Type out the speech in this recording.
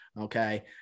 okay